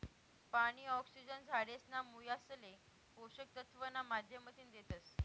पानी, ऑक्सिजन झाडेसना मुयासले पोषक तत्व ना माध्यमतीन देतस